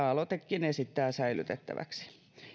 aloitekin esittää säilytettäväksi